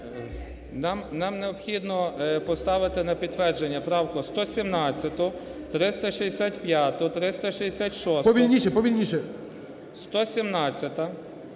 Нам необхідно поставити на підтвердження правку 117-у, 365-у, 366-у…